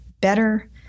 better